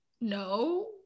no